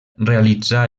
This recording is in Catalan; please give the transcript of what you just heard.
realitzà